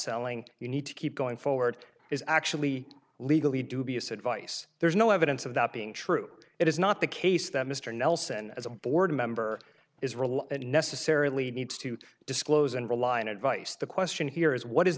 selling you need to keep going forward is actually legally dubious advice there's no evidence of that being true it is not the case that mr nelson as a board member is real and necessarily needs to disclose and rely on advice the question here is what is